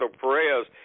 Perez